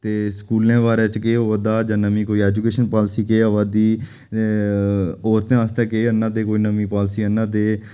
ते स्कूलें बारे च केह् होआ दा जां नमीं कोई ऐजूकेशन पालिसी केह् आवै दी औरतें आस्तै केह् आह्न्नै दे कोई नमीं पालिसी आह्न्नै दे